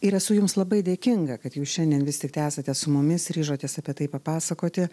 ir esu jums labai dėkinga kad jūs šiandien vis tiktai esate su mumis ryžotės apie tai papasakoti